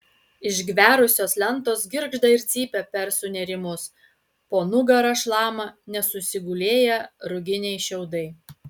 išgverusios lentos girgžda ir cypia per sunėrimus po nugara šlama nesusigulėję ruginiai šiaudai